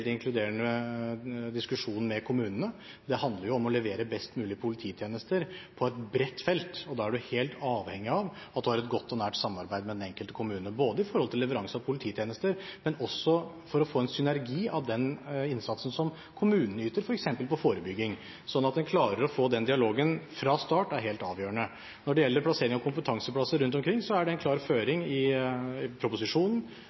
inkluderende diskusjon med kommunene. Det handler jo om å levere best mulig polititjenester på et bredt felt, og da er en helt avhengig av å ha et godt og nært samarbeid med den enkelte kommune, både i forhold til leveranse og polititjenester og for å få en synergi av den innsatsen som kommunene yter, f.eks. innen forebygging. Så det at en klarer å få den dialogen fra start, er helt avgjørende. Når det gjelder plassering av kompetanseplasser rundt omkring, er det en klar føring i proposisjonen,